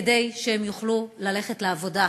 כדי שיוכלו ללכת לעבודה.